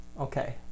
okay